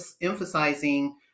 emphasizing